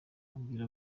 abwira